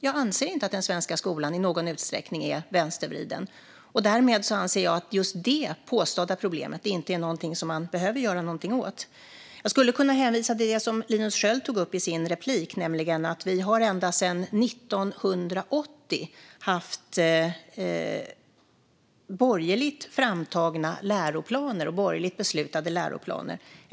Jag anser inte att den svenska skolan i någon utsträckning är vänstervriden. Därmed anser jag att just det påstådda problemet inte är något som man behöver göra något åt. Jag skulle kunna hänvisa till det som Linus Sköld tog upp i sitt anförande, nämligen att vi sedan 1980 haft borgerligt framtagna och beslutade läroplaner.